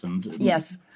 Yes